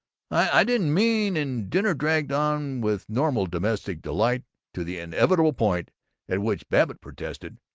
i didn't mean and dinner dragged on with normal domestic delight to the inevitable point at which babbitt protested,